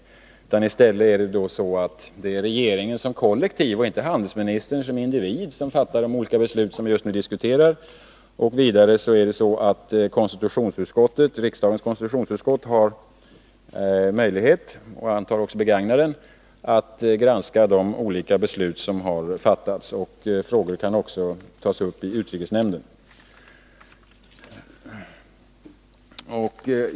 Det är i stället så att det är regeringen som kollektiv och inte handelsministern som individ som fattar de olika beslut som just nu diskuteras. Riksdagens konstitutionsutskott har vidare möjlighet — och begagnar antagligen också den möjligheten —att granska de olika beslut som har fattats av regeringen. Dessa frågor kan också tas upp i utrikesnämnden.